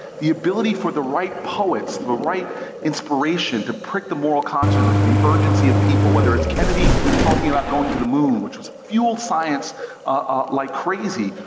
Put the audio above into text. the ability for the right poets, the right inspiration to prick the moral conscience and the urgency of people. whether it's kennedy talking about going to the moon, which has fueled science like crazy,